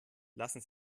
lassen